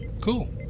Cool